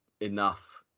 enough